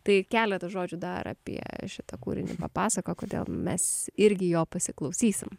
tai keletą žodžių dar apie šitą kūrinį papasakok kodėl mes irgi jo pasiklausysim